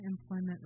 Employment